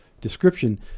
description